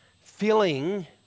filling